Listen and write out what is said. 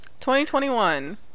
2021